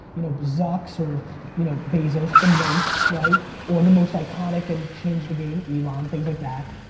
you know, bazucs or you know bazos, the most, right, or the most iconic and change the game, elon, and things like that.